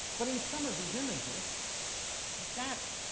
but in some of these images, like that,